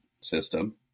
system